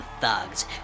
thugs